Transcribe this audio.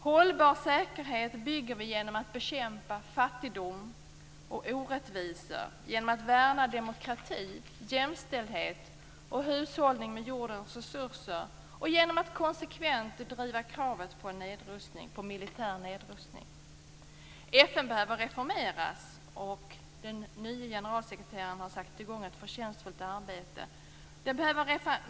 Hållbar säkerhet bygger vi genom att bekämpa fattigdom och orättvisor, genom att värna demokrati, jämställdhet och hushållning med jordens resurser och genom att konsekvent driva kravet på militär nedrustning. FN behöver reformeras för att bli mer kraftfull, och den nye generalsekreteraren har satt igång ett förtjänstfullt arbete.